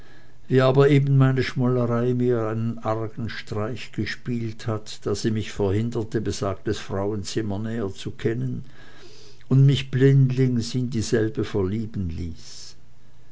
wie aber eben meine schmollerei mir einen argen streich gespielt hat da sie mich verhinderte besagtes frauenzimmer näher zu kennen und mich blindlings in selbe verlieben ließ